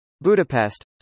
Budapest